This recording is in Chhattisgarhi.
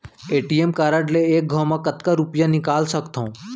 ए.टी.एम कारड ले एक घव म कतका रुपिया निकाल सकथव?